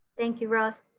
thank you, russ.